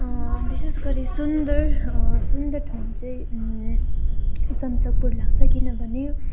विशेष गरी सुन्दर सुन्दर ठाउँ चाहिँ सन्दकपू लाग्छ किनभने